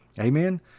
amen